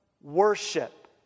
worship